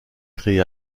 créée